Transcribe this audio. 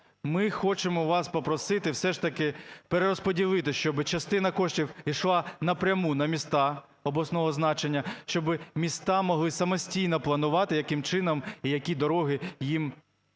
Ми хочемо вас попросити все ж таки перерозподілити, щоби частина коштів йшла напряму на міста обласного значення, щоби міста могли самостійно планувати, яким чином які дороги їм